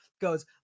goes